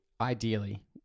ideally